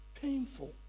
Painful